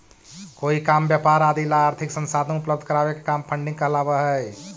कोई काम व्यापार आदि ला आर्थिक संसाधन उपलब्ध करावे के काम फंडिंग कहलावऽ हई